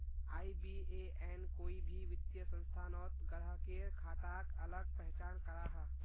IBAN कोई भी वित्तिय संस्थानोत ग्राह्केर खाताक अलग पहचान कराहा